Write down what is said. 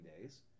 days